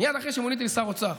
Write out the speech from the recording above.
מייד אחרי שמוניתי לשר האוצר,